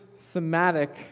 thematic